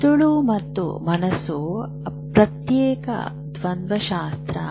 ಮೆದುಳು ಮತ್ತು ಮನಸ್ಸು ಪ್ರತ್ಯೇಕ ದ್ವಂದ್ವಶಾಸ್ತ್ರ